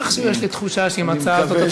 איכשהו יש לי תחושה שעם ההצעה הזאת אתה